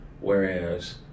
whereas